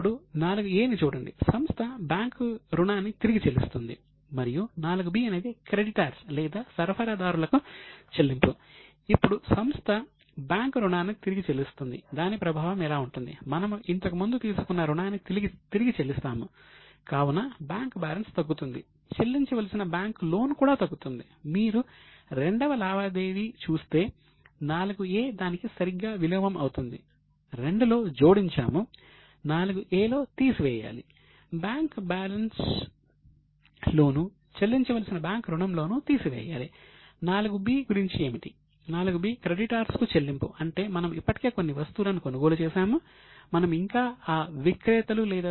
ఇప్పుడు 4 a ని చూడండి సంస్థ బ్యాంకు రుణాన్ని తిరిగి చెల్లిస్తుంది మరియు 4 b అనేది క్రెడిటార్స్ O లో మార్పు లేదు